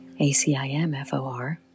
ACIMFOR